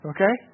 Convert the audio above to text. Okay